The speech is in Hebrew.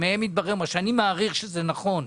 מה שאני מעריך שזה נכון,